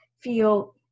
feel